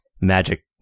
magic